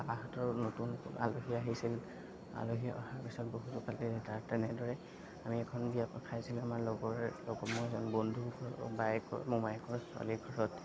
বাহঁতৰ নতুন আলহী আহিছিল আলহী অহাৰ পিছত বহুতো তাত তেনেদৰে আমি এখন বিয়া খাইছিলোঁ আমাৰ লগৰ লগৰ মোৰ বন্ধুৰ বায়েকৰ মোমায়েকৰ ছোৱালীৰ ঘৰত